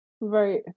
Right